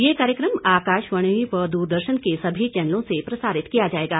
ये कार्यक्रम आकाशवाणी व दूरदर्शन के सभी चैनलों से प्रसारित किया जाएगा